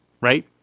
right